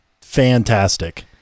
fantastic